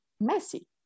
messy